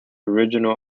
original